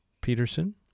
Peterson